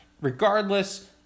regardless